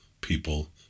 people